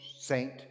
saint